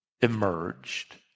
emerged